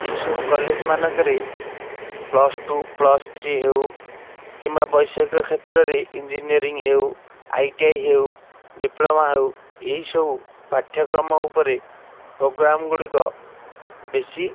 ଏହିସବୁ କଲେଜ୍ ମାନଙ୍କରେ plus two plus three ହେଉ କିମ୍ବା ବୈଷୟିକ କ୍ଷେତ୍ରରେ ଇଞ୍ଜିନିୟରିଂ ହେଉ ଆଇ ଟି ଆଇ ହେଉ ଡିପ୍ଲୋମା ହେଉ ଏହିସବୁ ପାଠ୍ୟକ୍ରମ ଉପରେ ପ୍ରୋଗ୍ରାମ୍ ଗୁଡ଼ିକ ବେଶି